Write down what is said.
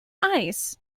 ice